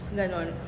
ganon